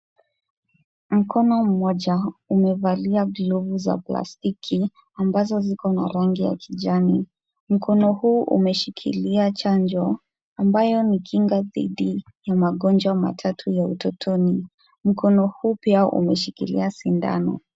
Mkono moja umevalia glavu za plastiki ambazo ziko na rangi ya kijani. Mkono huu umeshikilia chanjo ambayo ni kinga dhidi ya magonjwa matatu ya utotoni. Mkono huu pia umeshikilia sindano.